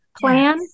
plan